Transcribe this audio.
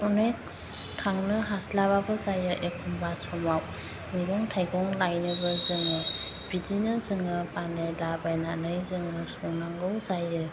अनेक थांनो हास्लाबाबो जायो एखम्बा समाव मैगं थाइगं लायनोबो जोङो बिदिनो जोङो बानायला बायनानै जोङो संनांगौ जायो